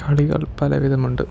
കളികൾ പല വിധമുണ്ട്